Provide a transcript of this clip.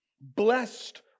Blessed